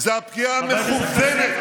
זה פגיעה מכוונת,